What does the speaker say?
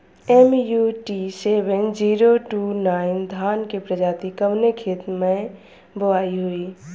MUT seven zero two nine धान के प्रजाति कवने खेत मै बोआई होई?